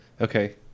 Okay